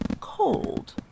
cold